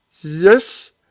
Yes